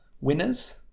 winners